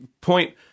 point